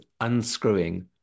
unscrewing